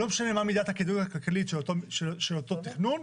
לא משנה מה מידת הכדאיות הכלכלית של אותו תכנון.